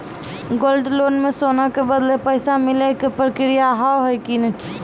Gold loan मे सोना के बदले पैसा मिले के प्रक्रिया हाव है की?